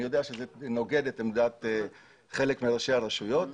אני יודע שזה נוגד את עמדת חלק מראשי הרשויות.